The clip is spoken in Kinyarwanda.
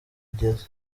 igeze